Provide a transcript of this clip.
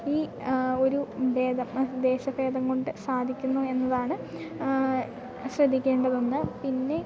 ഈ ഒരു ഭേദം ദേശ ഭേദം കൊണ്ട് സാധിക്കുന്നു എന്നതാണ് ശ്രദ്ധിക്കേണ്ടതുണ്ട് പിന്നെ